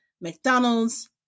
McDonald's